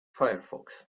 firefox